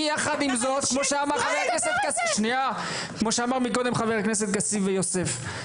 יחד עם זאת כמו שאמר מקודם חבר הכנסת כסיף ויוסף,